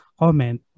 comment